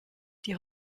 die